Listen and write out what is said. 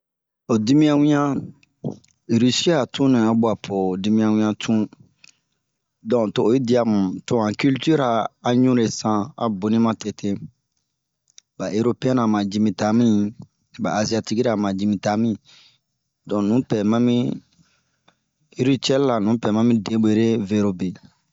Ho dimiɲan ŋianm, Risi ra tun ɲa a guapo dimiɲan ɲiannh tun. Donke to oyi diya mu to han kiltir ra a ɲure san a boni matete.ba eropiɛn ra ma yimi ta bin, ba aziatiki ra ma yimi ta bin.donk nupɛɛ mami ritiɛle ra nun pɛɛ mami debwere verobe.